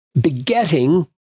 begetting